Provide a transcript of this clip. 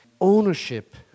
ownership